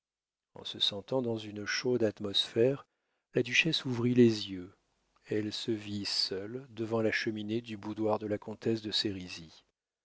en se sentant dans une chaude atmosphère la duchesse ouvrit les yeux elle se vit seule devant la cheminée du boudoir de la comtesse de